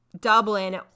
Dublin